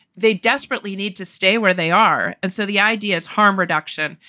they desperately need to stay where they are. and so the idea is harm reduction.